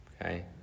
okay